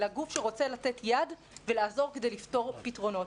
אלא גוף שרוצה לתת יד ולעזור בפתרון בעיות,